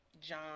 john